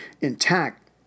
intact